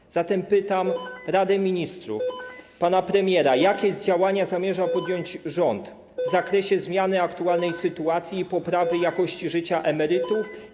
Pytam zatem Radę Ministrów, pana premiera: Jakie działania zamierza podjąć rząd w zakresie zmiany aktualnej sytuacji i poprawy jakości życia emerytów?